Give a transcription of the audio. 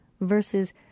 versus